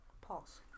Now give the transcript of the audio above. Pause